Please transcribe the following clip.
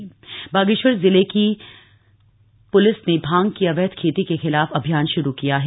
भांग की खेती बागेश्वर जिले की प्रेलिस ने भांग की अवैध खेती के खिलाफ अभियान श्रू किया है